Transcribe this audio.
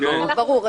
ברור.